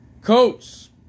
Coach